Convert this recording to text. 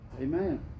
Amen